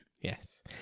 Yes